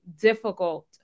difficult